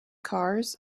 cars